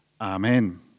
Amen